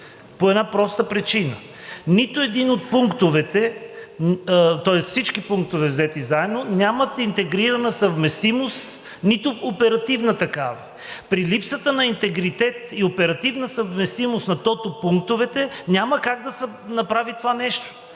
по една проста причина. Нито един от пунктовете, тоест всички пунктове, взети заедно, нямат интегрирана съвместимост, нито оперативна такава. При липсата на интегритет и оперативна съвместимост на тото пунктовете няма как да се направи това нещо.